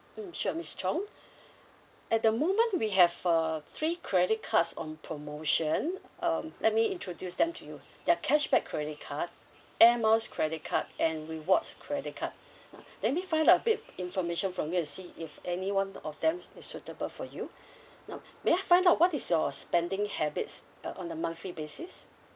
mm sure miss chong at the moment we have uh three credit cards on promotion um let me introduce them to you there are cashback credit card air miles credit card and rewards credit card now let me find out a bit information from you and see if any one of them is suitable for you now may I find out what is your spending habits uh on a monthly basis